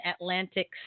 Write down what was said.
Atlantic